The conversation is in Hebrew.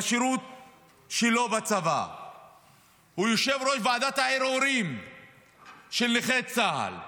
הוא יושב-ראש ועדת הערעורים של נכי צה"ל.